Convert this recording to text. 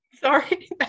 sorry